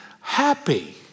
happy